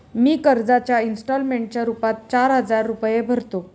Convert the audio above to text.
मी कर्जाच्या इंस्टॉलमेंटच्या रूपात चार हजार रुपये भरतो